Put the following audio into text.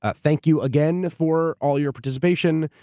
ah thank you again for all your participation,